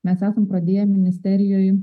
mes esam pradėję ministerijoj